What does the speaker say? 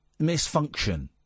misfunction